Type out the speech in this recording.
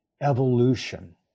evolution